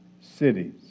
cities